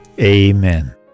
Amen